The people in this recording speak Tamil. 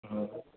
ம்